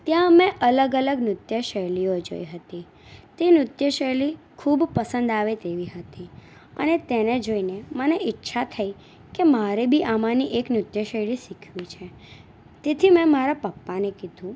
ત્યાં અમે અલગ અલગ નૃત્ય શૈલીઓ જોઈ હતી તે નૃત્ય શૈલી ખૂબ પસંદ આવે તેવી હતી અને તેને જોઈને મને ઈચ્છા થઈ કે મારે બી આમાંની એક નૃત્ય શૈલી શીખવી છે તેથી મેં મારા પપ્પાને કીધું